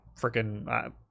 freaking